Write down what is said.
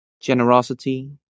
generosity